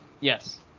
Yes